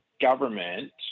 government